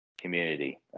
community